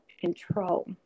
control